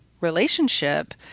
relationship